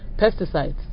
pesticides